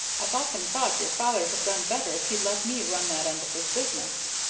i've often thought your father'd have done better if he'd let me run that end of his business.